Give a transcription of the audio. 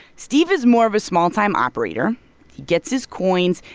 steve is more of a small-time operator. he gets his coins.